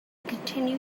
continue